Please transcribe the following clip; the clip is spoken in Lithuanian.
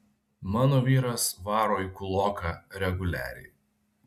mano vyras varo į kūloką reguliariai